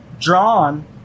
drawn